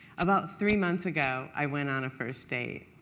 about three months ago, i went on a first date.